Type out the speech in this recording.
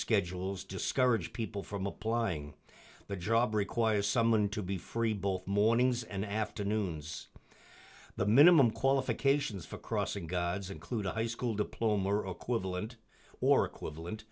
schedules discourage people from applying the job requires someone to be free both mornings and afternoons the minimum qualifications for crossing gods include a high school diploma or equivalent or equivalent